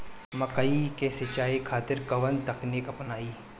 मकई के सिंचाई खातिर कवन तकनीक अपनाई?